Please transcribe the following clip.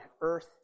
earth